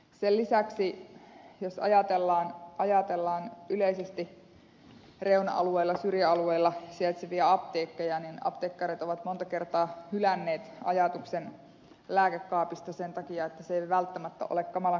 sen lisäksi jos ajatellaan yleisesti reuna alueella syrjäalueella sijaitsevia apteekkeja niin apteekkarit ovat monta kertaa hylänneet ajatuksen lääkekaapista sen takia että se ei välttämättä ole kamalan kannattava